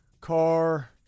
Car